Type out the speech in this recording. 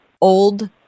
old